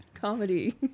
Comedy